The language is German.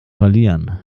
verlieren